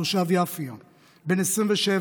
תושב יפיע בן 27,